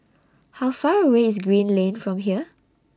How Far away IS Green Lane from here